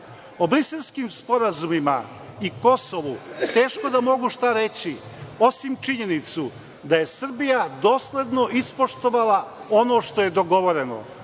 briselskim sporazumima i Kosovu teško da mogu šta reći, osim činjenice da je Srbija dosledno ispoštovala ono što je dogovoreno.